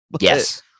Yes